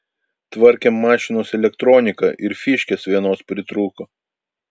tvarkėm mašinos elektroniką ir fyškės vienos pritrūko